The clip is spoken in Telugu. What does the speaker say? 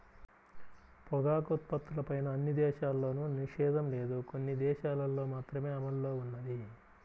పొగాకు ఉత్పత్తులపైన అన్ని దేశాల్లోనూ నిషేధం లేదు, కొన్ని దేశాలల్లో మాత్రమే అమల్లో ఉన్నది